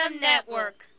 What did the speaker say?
Network